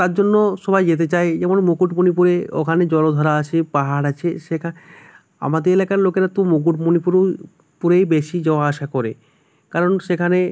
তার জন্য সবাই যেতে চায় যেমন মুকুটমণিপুরে ওখানে জলধারা আছে পাহাড় আছে সেখা আমাদের এলাকার লোকেরা তো মুকুটমণিপুর পুরেই বেশি যাওয়া আসা করে কারণ সেখানে